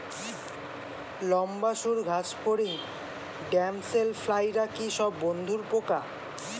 লম্বা সুড় ঘাসফড়িং ড্যামসেল ফ্লাইরা কি সব বন্ধুর পোকা?